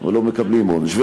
ולא מקבלים עונש.